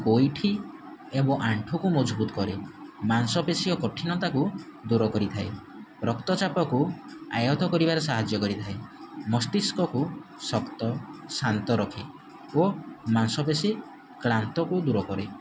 ଗୋଇଠି ଏବଂ ଆଣ୍ଠୁକୁ ମଜବୁତ୍ କରେ ମାଂସପେଶୀର କଠିନତାକୁ ଦୂର କରିଥାଏ ରକ୍ତଚାପକୁ ଆୟତ୍ତ କରିବାରେ ସାହାଯ୍ୟ କରିଥାଏ ମସ୍ତିଷ୍କକୁ ଶକ୍ତ ଶାନ୍ତ ରଖେ ଓ ମାଂସପେଶୀ କ୍ଳାନ୍ତକୁ ଦୂର କରେ